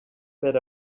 bet